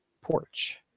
porch